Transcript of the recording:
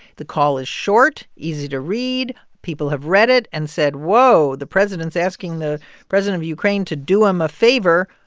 the call is short, easy to read. people have read it and said whoa, the president's asking the president of ukraine to do him a favor,